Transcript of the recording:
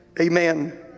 Amen